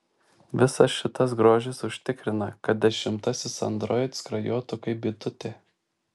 visas šitas grožis užtikrina kad dešimtasis android skrajotų kaip bitutė